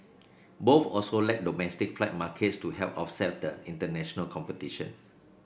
both also lack domestic flight markets to help offset the international competition